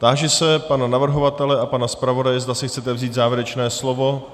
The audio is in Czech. Táži se pana navrhovatele a pana zpravodaje, zda si chcete vzít závěrečné slovo.